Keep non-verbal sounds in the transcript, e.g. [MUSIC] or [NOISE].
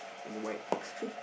in a white [LAUGHS]